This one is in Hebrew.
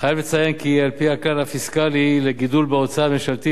אני חייב לציין כי על-פי הכלל הפיסקלי לגידול בהוצאה הממשלתית,